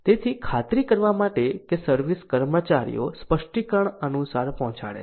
તેથી ખાતરી કરવા માટે કે સર્વિસ કર્મચારીઓ સ્પષ્ટીકરણો અનુસાર પહોંચાડે છે